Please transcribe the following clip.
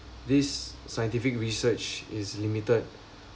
this scientific research is limited